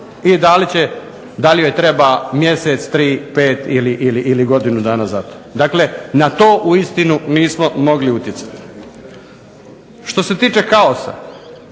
i da li će, da li joj treba mjesec, 3, 5 ili godinu dana za to. Dakle na to uistinu nismo mogli utjecati. Što se tiče kaosa